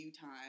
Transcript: time